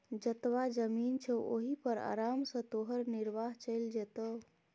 जतबा जमीन छौ ओहि पर आराम सँ तोहर निर्वाह चलि जेतौ